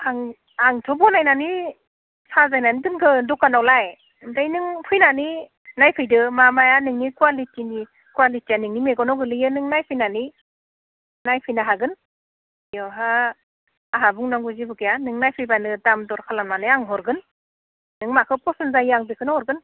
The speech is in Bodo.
आं आंथ' बनायनानै साजायनानै दोनगोन दखानावलाय ओमफाय नों फैनानै नायफैदो मा माया नोंनि कुवालिटिनि कुवालिटिया नोंनि मेगनाव गोग्लैयो नों नायफैनानै नायफैनो हागोन इयावहा आंहा बुंनांगौ जेबो गैया नों नायफैब्लानो दाम दर खालामनानै आं हरगोन नों माखो पसन जायो आं बेखोनो हरगोन